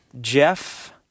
Jeff